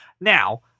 Now